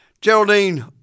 Geraldine